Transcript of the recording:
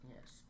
Yes